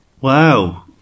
Wow